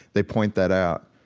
they point that out,